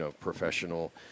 professional